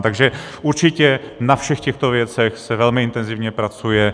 Takže určitě na všech těchto věcech se velmi intenzivně pracuje.